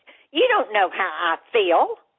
you don't know how i ah feel.